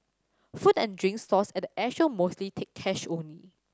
food and drink stalls at the Air show mostly take cash only